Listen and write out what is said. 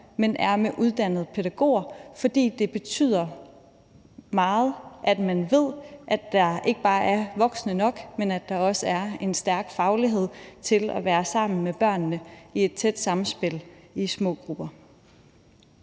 men er med uddannede pædagoger, for det betyder meget, at man ved, at der ikke bare er voksne nok, men at der også er en stærk faglighed til at være sammen med børnene i et tæt samspil i små grupper.